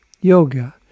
yoga